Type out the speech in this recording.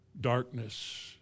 darkness